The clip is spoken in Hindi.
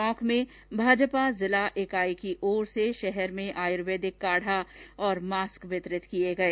टोक में भाजपा जिला इकाई की ओर से शहर में आयुर्वेदिक काढ़ा और मास्क वितरित किये गये